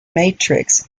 matrix